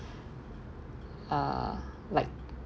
uh like